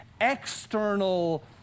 external